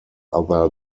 other